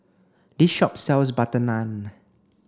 this shop sells butter naan